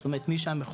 זאת אומרת מי שהמחוקק,